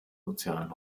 sozialen